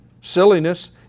silliness